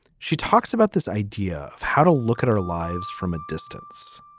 she talks about this idea of how to look at our lives from a distance